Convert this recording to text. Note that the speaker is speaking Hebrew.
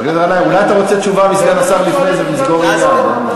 אולי אתה רוצה תשובה מסגן השר לפני זה ונסגור עניין.